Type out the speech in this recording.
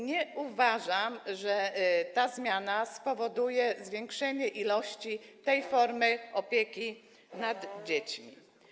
Nie uważam, że ta zmiana spowoduje zwiększenie zakresu tej formy opieki nad dziećmi.